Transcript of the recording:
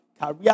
career